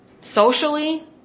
socially